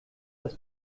das